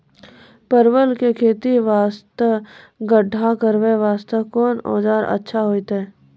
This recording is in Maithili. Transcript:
परवल के खेती वास्ते गड्ढा करे वास्ते कोंन औजार अच्छा होइतै?